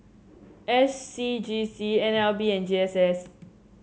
S C G C N L B and G S S